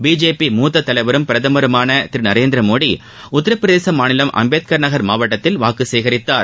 BJP மூத்த தலைவரும் பிரதமருமான திரு நரேந்திரமோடி உத்தரப் பிரதேச மாநிலம் அம்பேத்கர் நகர் மாவட்டத்தில் வாக்கு சேகரித்தார்